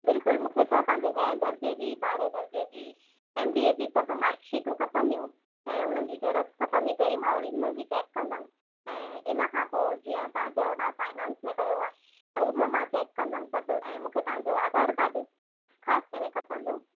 बिल्कुलु मूंखे छा तव्हांजे ॾहें दर्जे जी ॿारहें दर्जे जी एम बी ए जी सभु मार्कशीटूं खपंदियूं ऐं उन्हनि जी जेरॉक्स खपंदी पहिरीं मां ऑरीजिनल बि चेक कंदमि ऐं इन खां पोइ जीअं तव्हां चयो तव्हां फ़ाईनान्स में कयो आहे त उहो मां चेक कंदमि सभु ऐं मूंखे तव्हांजो आधार कार्ड ख़ासि करे खपंदो